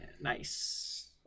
nice